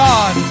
God